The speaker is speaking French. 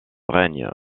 règne